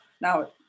now